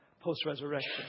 post-resurrection